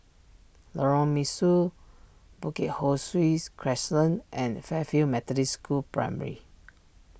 Lorong Mesu Bukit Ho Swee's Crescent and Fairfield Methodist School Primary